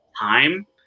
time